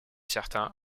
certain